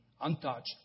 untouched